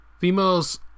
females